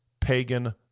pagan